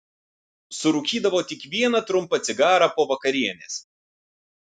surūkydavo tik vieną trumpą cigarą po vakarienės